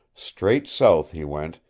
straight south he went,